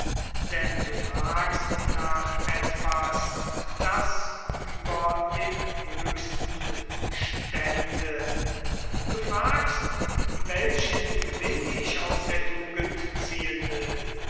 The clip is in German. denn du fragst nach etwas das über dem höchsten stände du fragst welchen gewinn ich aus der tugend ziehen will